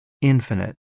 infinite